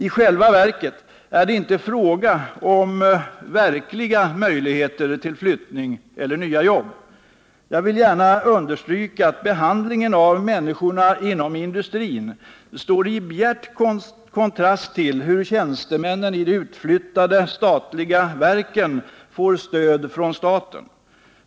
I själva verket är det inte fråga om verkliga möjligheter till flyttning eller nya jobb. Jag vill gärna understryka att behandlingen av människorna inom industrin står i bjärt kontrast till hur tjänstemännen i de utflyttade statliga verken får stöd från staten.